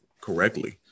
correctly